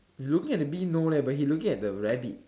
looking the bee no leh but he looking at the rabbit